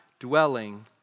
dwelling